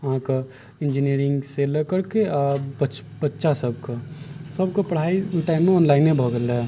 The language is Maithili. अहाँके इन्जिनियरिंगसँ ले करके आ बच्चा सभके सभके पढ़ाइ ओहि टाइममे ऑनलाइने भऽ गेल रहै